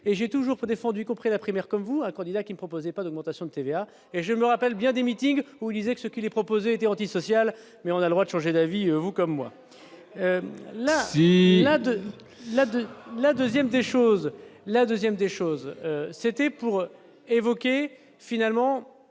et j'ai toujours pas défendu compris la primaire comme vous un candidat qui proposait pas d'augmentation de TVA. Et je me rappelle bien des meetings où il disait que ce qui est proposé était antisocial mais on a droit de changer d'avis, vous comme moi, la Cimade, la, la 2ème des choses, la 2ème des choses, c'était pour évoquer finalement.